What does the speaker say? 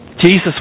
Jesus